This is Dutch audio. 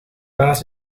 baas